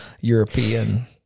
European